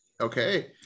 okay